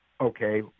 okay